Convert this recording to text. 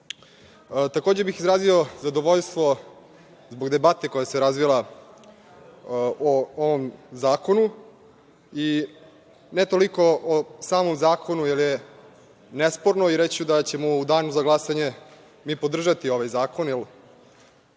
bih izrazio zadovoljstvo zbog debate koja se razvila o ovom zakonu, ne toliko o samom zakonu, jer je nesporno, i reći ću da ćemo u Danu za glasanje mi podržati ovaj zakon,